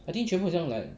I think 全部很像 like